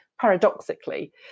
paradoxically